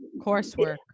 coursework